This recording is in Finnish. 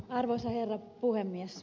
arvoisa herra puhemies